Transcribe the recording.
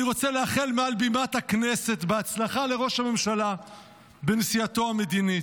אני רוצה לאחל מעל בימת הכנסת בהצלחה לראש הממשלה בנסיעתו המדינית.